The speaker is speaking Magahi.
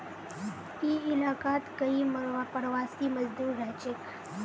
ई इलाकात कई प्रवासी मजदूर रहछेक